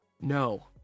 No